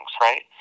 right